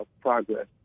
progress